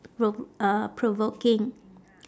prov~ uh provoking